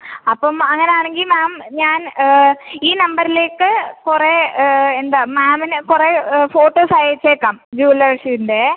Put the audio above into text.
അപ്പം അങ്ങനെയാണെങ്കിൽ മാം ഞാൻ ഈ നമ്പറിലേക്ക് കുറെ എന്താ മാമിന് കുറെ ഫോട്ടോസ് അയച്ചേക്കാം ജ്വല്ലേഴ്സിൻ്റെ